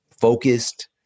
focused